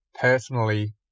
personally